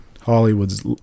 Hollywood's